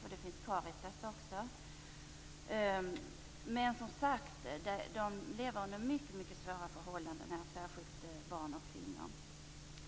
Vidare kan Caritas nämnas. Man lever, som sagt, under mycket svåra förhållanden. Särskilt gäller det barn och kvinnor.